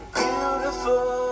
beautiful